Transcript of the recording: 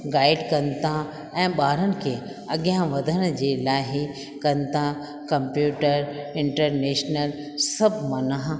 guide कनि था व ऐं ॿारनि अॻियां वधण जे लाइ कनि था कंप्यूटर इंटरनेशनल सभु माना